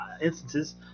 instances